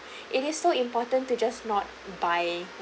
it is so important to just not buy